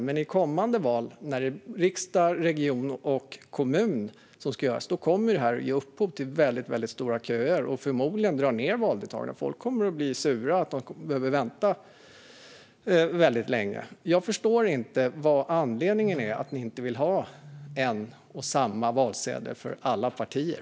Men i kommande val till riksdag, region och kommun kommer detta att ge upphov till väldigt stora köer och förmodligen dra ned valdeltagandet. Folk kommer att bli sura över att de behöver vänta länge. Jag förstår inte vad anledningen är till att ni inte vill ha en och samma valsedel för alla partier.